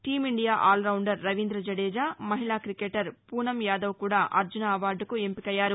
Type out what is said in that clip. team India allrounder Ravindra Jadeja మహిళా cricketer Poonam Yadav కూడా అర్జన అవార్డుకు ఎంపికయ్యారు